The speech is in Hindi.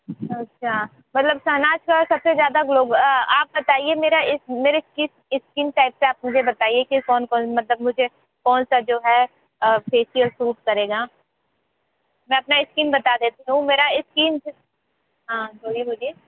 अच्छा मतलब शहनाज का सबसे ज़्यादा ग्लो आप बताइये मेरा इस मेरे किस किस टाइप से आप मुझे बताइये कि कौन कौन मतलब मुझे कौन सा जो है फेसिअल सूट करेगा मैं अपना स्किन बता देती हूँ मेरा स्कीन हाँ बोलिए बोलिए